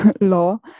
law